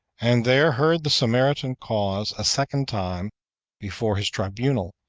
and there heard the samaritan cause a second time before his tribunal,